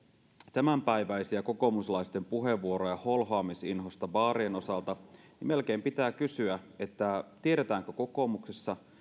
tämänpäiväisiä kokoomuslaisten puheenvuoroja holhoamisinhosta baarien osalta niin melkein pitää kysyä tiedetäänkö kokoomuksessa